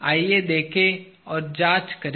आइए देखें और जांच करें